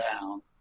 down